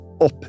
up